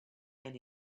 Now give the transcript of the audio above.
and